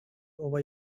over